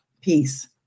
Peace